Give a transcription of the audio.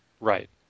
Right